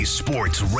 sports